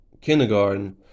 kindergarten